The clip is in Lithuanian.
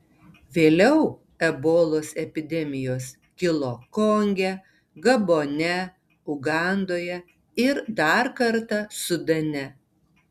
vėliau ebolos epidemijos kilo konge gabone ugandoje ir dar kartą sudane